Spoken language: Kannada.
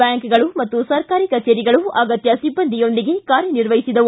ಬ್ಯಾಂಕ್ಗಳು ಹಾಗೂ ಸರ್ಕಾರಿ ಕಚೇರಿಗಳು ಅಗತ್ತ ಸಿಬ್ಬಂದಿಯೊಂದಿಗೆ ಕಾರ್ಯ ನಿರ್ವಹಿಸಿದವು